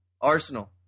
Arsenal